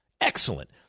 excellent